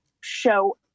show